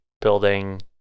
building